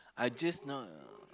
I just know